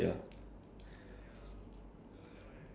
and you get paid for doing send for sending people